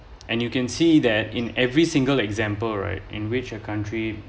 and you can see that in every single example right in which a country